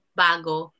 bago